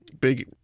Big